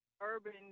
urban